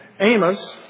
Amos